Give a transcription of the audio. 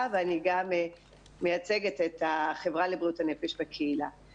ואני גם מייצגת את החברה לבריאות הנפש בקהילה.